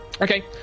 Okay